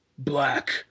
black